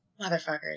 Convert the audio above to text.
motherfuckers